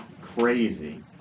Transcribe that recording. crazy